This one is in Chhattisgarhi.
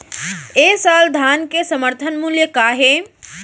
ए साल धान के समर्थन मूल्य का हे?